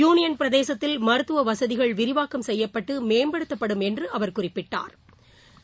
union பிரதேசத்தில் மருத்துவ வசதிகள் விரிவாக்கம் செய்யப்பட்டு மேம்படுத்தப்படும் என்று அவர் குறிப்பிட்டா்